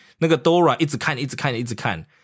那个Dora一直看一直看一直看